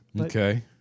Okay